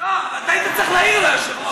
אסור לך לעמוד שם.